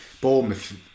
Bournemouth